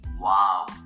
wow